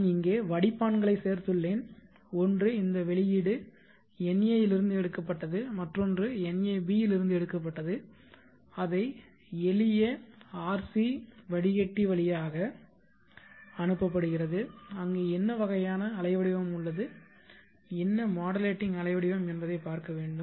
நான் இங்கே வடிப்பான்களை சேர்த்துள்ளேன் ஒன்று இந்த வெளியீடு nA இலிருந்து எடுக்கப்பட்டது மற்றொன்று nAb இலிருந்து எடுக்கப்பட்டது அதை எளிய RC வடிகட்டி வழியாக அனுப்பப்படுகிறது அங்கு என்ன வகையான அலைவடிவம் உள்ளது என்ன மாடுலேட்டிங் அலைவடிவம் என்பதைப் பார்க்க வேண்டும்